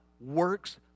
works